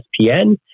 ESPN